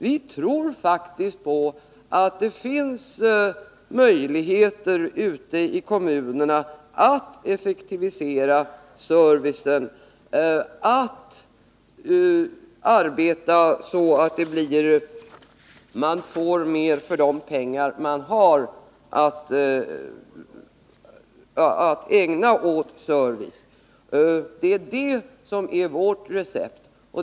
Vi tror faktiskt på att det finns möjligheter ute i kommunerna att effektivisera servicen, att arbeta så att man får mer för de pengar man har till service. Det är detta som är vårt recept.